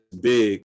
big